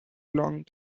long